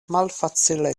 malfacile